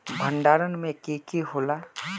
भण्डारण में की की होला?